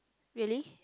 really